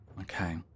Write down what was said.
Okay